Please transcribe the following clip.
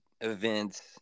events